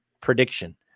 prediction